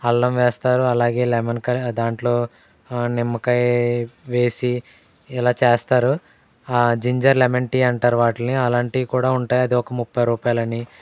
అల్లం వేస్తారు అలాగే లెమన్ కర్ దాంట్లో నిమ్మకాయ వేసి ఇలా చేస్తారు జింజర్ లెమన్ టీ అంటారు వాటిల్ని అలాంటివి కూడా ఉంటాయి అదొక ముప్పై రూపాయలు అని